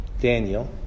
Daniel